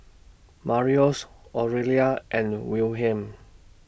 Marius Aurelia and Wilhelm